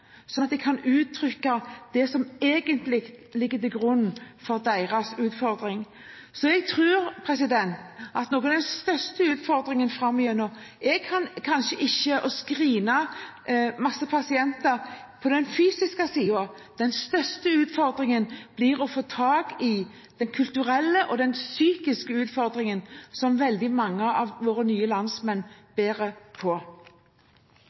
sånn at de kan uttrykke det som egentlig ligger til grunn for deres utfordring. Så jeg tror at den største utfordringen framover kanskje ikke er på den fysiske siden, å screene masse pasienter. Den største utfordringen blir å få tak i den kulturelle og den psykiske utfordringen som veldig mange av våre nye landsmenn bærer på.